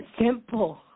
Simple